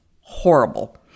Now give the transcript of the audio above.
horrible